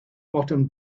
bottom